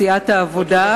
סיעת העבודה,